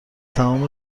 تمام